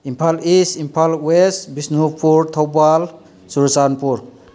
Imphal east Imphal west Bishnupur Thoubal Churachandpur